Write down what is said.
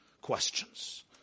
questions